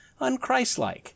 unChristlike